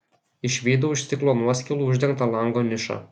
išvydau iš stiklo nuoskilų uždengtą lango nišą